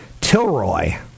Tilroy